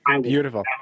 Beautiful